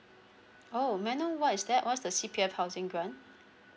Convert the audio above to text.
oh may I know what is that what's the C_P_F housing grant